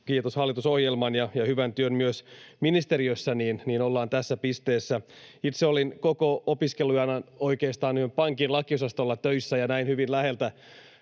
kiitos hallitusohjelman ja hyvän työn myös ministeriössä, ollaan tässä pisteessä. Itse olin oikeastaan koko opiskeluajan yhden pankin lakiosastolla töissä ja näin hyvin läheltä